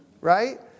right